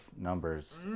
numbers